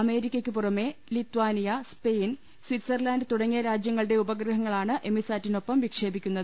അമേരിക്കയ്ക്കു പുറമെ Lithuania Spain Switzerland തുടങ്ങിയ രാജ്യങ്ങളുടെ ഉപഗ്രഹങ്ങളാണ് എമി സാറ്റിനൊപ്പം വിക്ഷേപിക്കുന്നത്